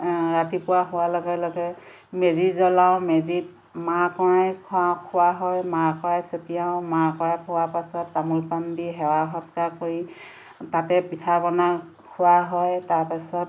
ৰাতিপুৱা হোৱাৰ লগে লগে মেজি জ্বলাওঁ মেজিত মাহ কৰাই খোৱা খোওৱা হয় মাহ কৰাই ছটিয়াওঁ মাহ কৰাই খোৱাৰ পাছত তামোল পান দি সেৱা সৎকাৰ কৰি তাতে পিঠা পনা খোৱা হয় তাৰ পাছত